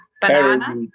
banana